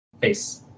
face